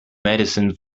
medicine